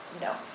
No